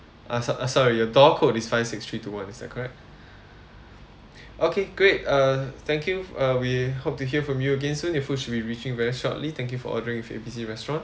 uh s~ uh sorry your door code is five six three two one is that correct okay great uh thank you uh we hope to hear from you again soon your food should be reaching very shortly thank you for ordering with A B C restaurant